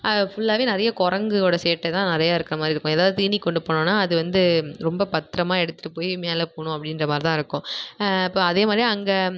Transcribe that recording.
ஃபுல்லா நிறைய கொரங்கு வோட சேட்டை தான் நிறைய இருக்க மாதிரி இருக்கும் ஏதாவது தீனி கொண்டு போனோம்னா அது வந்து ரொம்ப பத்திரமா எடுத்துட்டுப் போய் மேலே போகணும் அப்படின்ற மாதிரி தான் இருக்கும் இப்போ அதே மாதிரி அங்கே